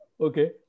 okay